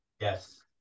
Yes